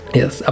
yes